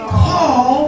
call